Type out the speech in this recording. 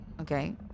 Okay